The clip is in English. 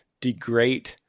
degrade